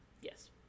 yes